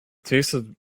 tasted